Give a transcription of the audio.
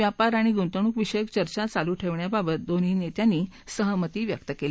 व्यापार आणि गुंतवणूकविषयक चर्चा चालू ठेवण्याबाबत दोन्ही नेत्यांनी सहमती व्यक्त केली